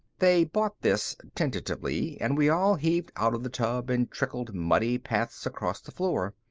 they bought this, tentatively, and we all heaved out of the tub and trickled muddy paths across the floor.